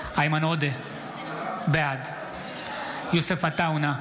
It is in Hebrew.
איימן עודה, בעד יוסף עטאונה,